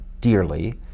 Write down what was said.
dearly